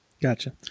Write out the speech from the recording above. Gotcha